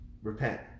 Repent